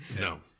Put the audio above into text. No